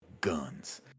guns